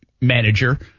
manager –